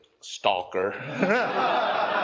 stalker